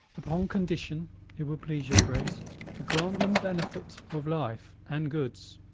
upon condition it will please your grace to grant them benefit of life and goods.